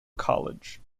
college